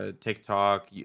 tiktok